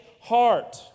heart